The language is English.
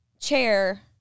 chair